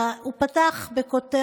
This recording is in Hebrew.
הוא פתח בכותרת: